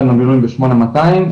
עושה מילואים ב-8200,